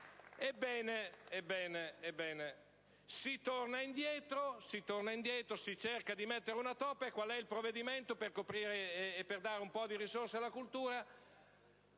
Ebbene, si torna indietro, si cerca di mettere una toppa, e qual è il provvedimento per dare un po' di risorse alla cultura?